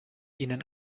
ihnen